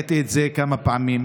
והעליתי את זה כמה פעמים.